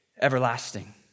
everlasting